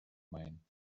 mine